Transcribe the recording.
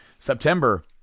September